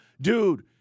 Dude